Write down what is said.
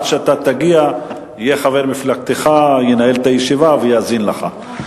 עד שאתה תגיע חבר מפלגתך ינהל את הישיבה ויאזין לך.